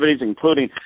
including